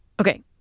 Okay